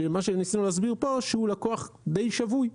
שמה שניסינו להסביר פה שהוא לקוח די שבוי.